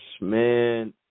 Man